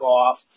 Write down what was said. off